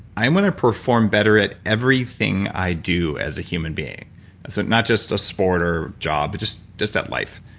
i'm going to perform better at everything i do as a human being, so not just a sport or job, but just just at life.